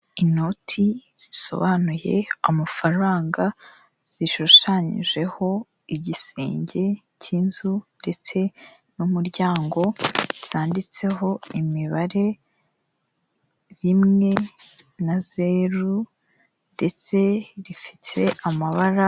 Inoti zisobanuye amafaranga, zishushanyijeho igisenge cy'inzu ndetse n'umuryango, zanditseho imibare rimwe na zeru ndetse rifite amabara.